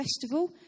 festival